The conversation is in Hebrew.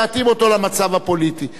ברמה הקונסטיטוציונית,